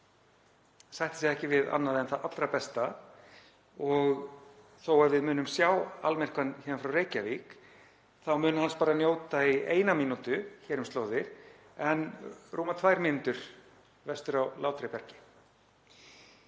sem sættir sig ekki við annað en það allra besta. Og þó að við munum sjá almyrkvann héðan frá Reykjavík þá mun hans bara njóta í eina mínútu hér um slóðir en rúmar tvær mínútur vestur á Látrabjargi.